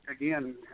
again